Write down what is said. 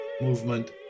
movement